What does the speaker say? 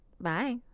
bye